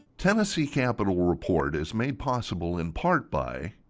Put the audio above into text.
tennessee capitol report is made possible in part by.